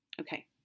Okay